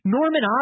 Norman